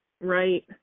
right